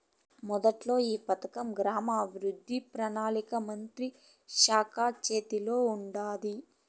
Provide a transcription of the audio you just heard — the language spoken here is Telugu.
మొదట్ల ఈ పథకం గ్రామీణాభవృద్ధి, పెనాలికా మంత్రిత్వ శాఖల సేతిల ఉండాది